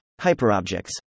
Hyperobjects